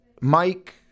Mike